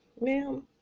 Ma'am